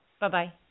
Bye-bye